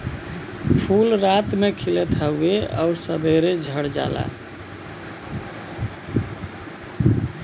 फूल रात में खिलत हउवे आउर सबेरे झड़ जाला